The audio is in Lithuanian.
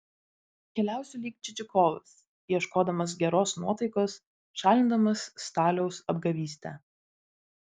keliausiu lyg čičikovas ieškodamas geros nuotaikos šalindamas staliaus apgavystę